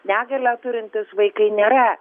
negalią turintys vaikai nėra